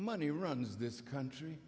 money runs this country